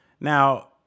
Now